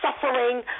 suffering